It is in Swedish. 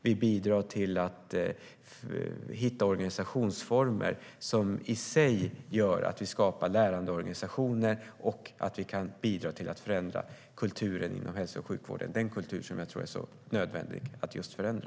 Vi bidrar till att hitta organisationsformer som i sig gör att vi skapar lärande organisationer och att vi kan bidra till att förändra kulturen inom hälso och sjukvården, den kultur som jag tror är nödvändig att förändra.